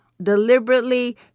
deliberately